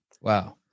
Wow